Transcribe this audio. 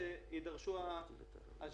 שזה כ-200 רשויות,